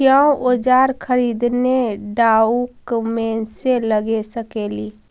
क्या ओजार खरीदने ड़ाओकमेसे लगे सकेली?